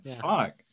Fuck